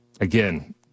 Again